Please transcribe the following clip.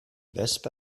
wespe